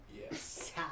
Yes